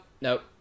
nope